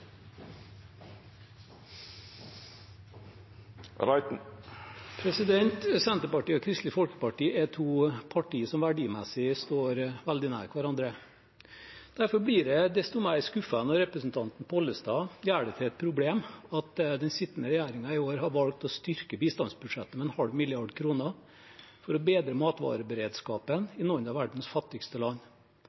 Senterpartiet og Kristelig Folkeparti er to partier som verdimessig står veldig nær hverandre. Derfor blir jeg desto mer skuffet når representanten Pollestad gjør det til et problem at den sittende regjeringen i år har valgt å styrke bistandsbudsjettet med en halv milliard kroner for å bedre matvareberedskapen i noen av verdens fattigste land.